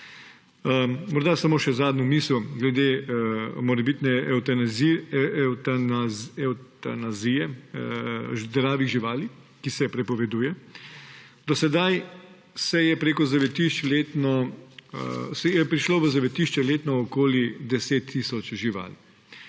Morda samo še zadnjo misel glede morebitne evtanazije zdravih živali, ki se prepoveduje. Do sedaj je prišlo v zavetišča letno okoli 10 tisoč živali.